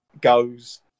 goes